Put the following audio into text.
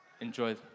enjoy